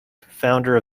founder